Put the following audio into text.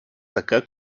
така